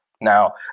Now